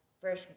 Fresh